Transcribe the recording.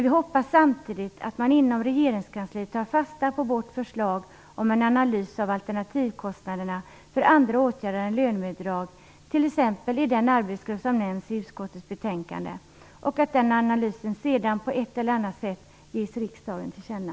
Vi hoppas samtidigt att man inom regeringskansliet tar fasta på vårt förslag om en analys av alternativkostnaderna för andra åtgärder än lönebidrag, t.ex. i den arbetsgrupp som nämns i utskottets betänkande, och att den analysen sedan på ett eller annat sätt ges riksdagen till känna.